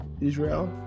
Israel